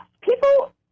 People